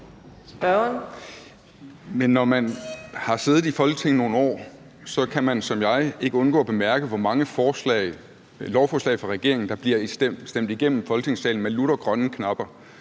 (LA): Men når man har siddet i Folketinget nogle år, kan man som jeg ikke undgå at bemærke, hvor mange lovforslag fra regeringen der bliver stemt igennem Folketingssalen med lutter grønne knapper.